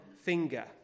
Finger